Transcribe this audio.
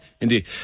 indeed